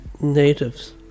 natives